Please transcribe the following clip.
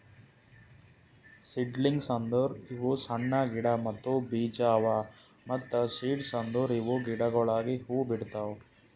seedlings ಅಂದುರ್ ಇವು ಸಣ್ಣ ಗಿಡ ಮತ್ತ್ ಬೀಜ ಅವಾ ಮತ್ತ ಸೀಡ್ಸ್ ಅಂದುರ್ ಇವು ಗಿಡಗೊಳಾಗಿ ಹೂ ಬಿಡ್ತಾವ್